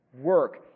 work